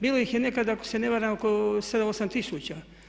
Bilo ih je nekada ako se ne varam oko 7, 8000.